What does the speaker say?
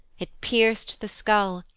it pierc'd the skull,